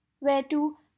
Whereto